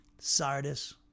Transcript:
Sardis